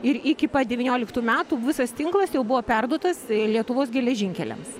ir iki pat devynioliktų metų visas tinklas jau buvo perduotas lietuvos geležinkeliams